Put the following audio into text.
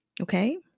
Okay